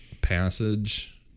Passage